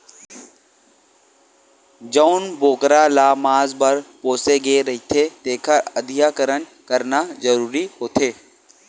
जउन बोकरा ल मांस बर पोसे गे रहिथे तेखर बधियाकरन करना जरूरी होथे